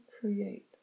create